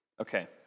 Okay